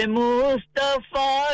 mustafa